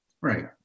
Right